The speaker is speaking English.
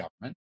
government